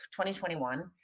2021